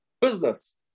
business